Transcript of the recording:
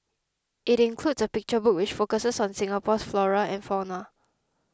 it includes a picture book which focuses on Singapore's flora and fauna